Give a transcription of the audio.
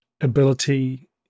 ability